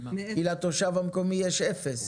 כי לתושב המקומי יש אפס.